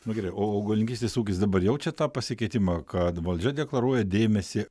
nu gerai o augalininkystės ūkis dabar jaučia tą pasikeitimą kad valdžia deklaruoja dėmesį